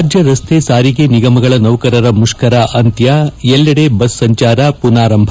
ರಾಜ್ಞ ರಸ್ತೆ ಸಾರಿಗೆ ನಿಗಮಗಳ ನೌಕರರ ಮುಷ್ತರ ಅಂತ್ಯ ಎಲ್ಲೆಡೆ ಬಸ್ ಸಂಚಾರ ಪುನಾರಂಭ